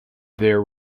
their